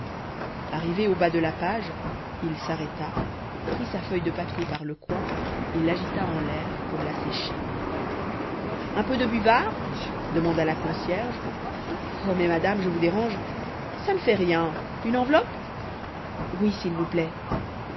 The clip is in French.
arrivé au bas de la page il s'arrêta prit sa feuille de papier par le coin et l'agita en l'air pour la sécher un peu de buvard demanda la concierge oh mais madame je vous dérange ça ne fait rien une enveloppe oui s'il vous plaît